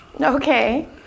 Okay